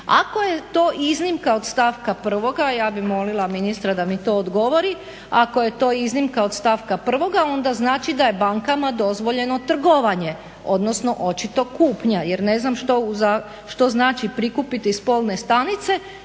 Ako je to iznimka od stavka 1., ja bih molila ministra da mi to odgovori, ako je to iznimka od stavka 1. onda znači da je bankama dozvoljeno trgovanje, odnosno očito kupnja jer ne znam što znači prikupiti spolne stanice